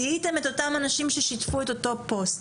זיהיתם את אותם אנשים ששיתפו את אותו פוסט.